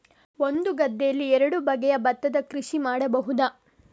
ಒಂದು ಗದ್ದೆಯಲ್ಲಿ ಎರಡು ಬಗೆಯ ಭತ್ತದ ಕೃಷಿ ಮಾಡಬಹುದಾ?